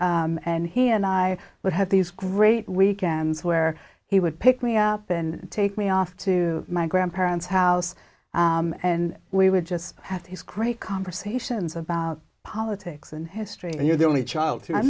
ologist and he and i would have these great weekends where he would pick me up and take me off to my grandparents house and we would just have to his great conversations about politics and history and you're the only child to